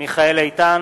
מיכאל איתן,